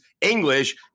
English